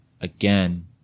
again